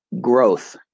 growth